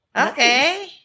Okay